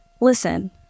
listen